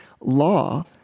law